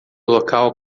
local